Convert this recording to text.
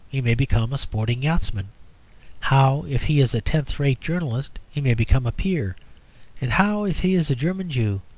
he may become a sporting yachtsman how, if he is a tenth-rate journalist, he may become a peer and how, if he is a german jew,